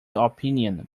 opinion